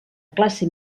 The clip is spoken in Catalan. classe